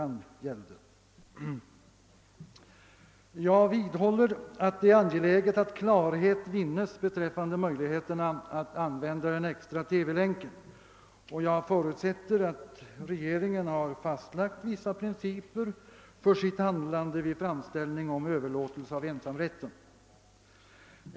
Jag vidhåller att det är angeläget att klarhet vinnes beträffande möjligheterna att använda den extra TV-länken, och jag förutsätter att regeringen har fastlagt vissa principer för sitt handlande vid framställning om överlåtelse av ensamrätten.